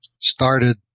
started